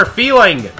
feeling